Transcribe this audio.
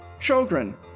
Children